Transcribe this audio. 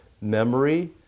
memory